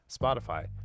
Spotify